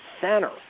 center